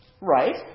Right